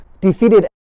defeated